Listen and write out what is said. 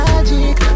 Magic